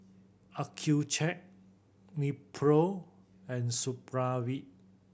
Accucheck Nepro and Supravit